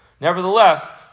nevertheless